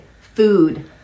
food